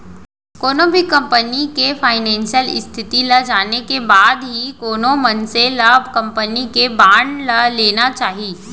कोनो भी कंपनी के फानेसियल इस्थिति ल जाने के बाद ही कोनो मनसे ल कंपनी के बांड ल लेना चाही